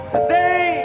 Today